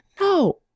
No